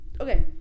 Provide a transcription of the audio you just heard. Okay